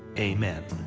amen.